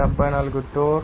74 టోర్